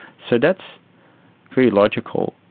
so that's very logical,